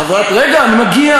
רגע, אני מגיע.